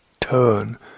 turn